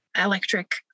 electric